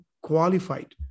qualified